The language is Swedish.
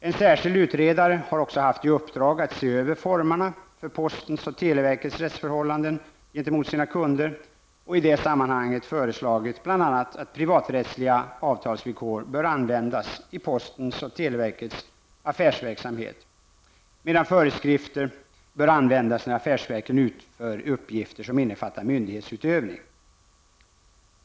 En särskild utredare har också haft i uppdrag att se över formerna för postens och televerkets rättsförhållanden gentemot sina kunder och i detta sammanhang föreslagit bl.a. att privaträttsliga avtalsvillkor bör användas i postens och televerkets affärsverksamhet medan föreskrifter bör användas när affärsverken utför uppgifter som innefattar myndighetsutövning.